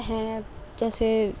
ہیں جیسے